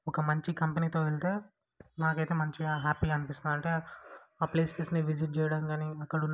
ఒక మంచి కంపెనీతో వెళ్తే నాకైతే మంచిగా హ్యాపీగా అనిపిస్తుంది అంటే ఆ ప్లేసెస్ని విజిట్ చేయడం గానీ అక్కడున్న